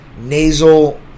nasal